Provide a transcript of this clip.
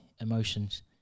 emotions